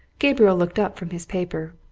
gabriel looked up from his paper,